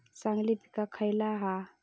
चांगली पीक खयला हा?